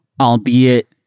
albeit